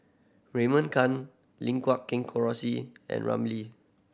Raymond Kang Lim Guat Kheng Rosie and Ramli